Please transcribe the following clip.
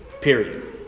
Period